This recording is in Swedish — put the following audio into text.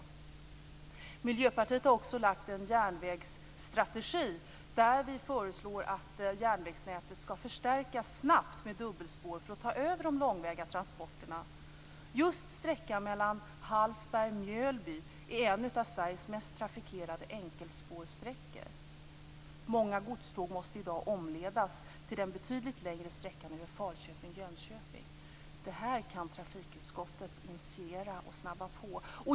Miljöpartiet har också lagt fast en järnvägsstrategi där vi föreslår att järnvägsnätet skall förstärkas snabbt med dubbelspår för att ta över de långväga transporterna. Just sträckan mellan Hallsberg och Mjölby är en av Sveriges mest trafikerade enkelspårsträckor. Många godståg måste i dag omledas till den betydligt längre sträckan över Falköping/Jönköping. Det här kan trafikutskottet initiera och snabba på.